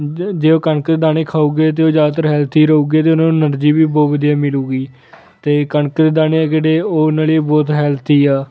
ਜ ਜੇ ਉਹ ਕਣਕ ਦਾਣੇ ਖਾਉਗੇ ਤਾਂ ਉਹ ਜ਼ਿਆਦਾਤਰ ਹੈਲਥੀ ਰਹੂਗੇ ਅਤੇ ਉਹਨਾਂ ਨੂੰ ਐਨਰਜੀ ਵੀ ਬਹੁਤ ਵਧੀਆ ਮਿਲੇਗੀ ਅਤੇ ਕਣਕ ਦਾਣੇ ਜਿਹੜੇ ਉਹ ਉਨ੍ਹਾਂ ਲਈ ਬਹੁਤ ਹੈਲਥੀ ਆ